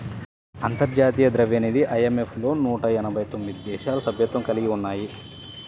అంతర్జాతీయ ద్రవ్యనిధి ఐ.ఎం.ఎఫ్ లో నూట ఎనభై తొమ్మిది దేశాలు సభ్యత్వం కలిగి ఉన్నాయి